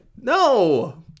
No